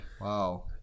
wow